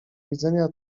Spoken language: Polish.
widzenia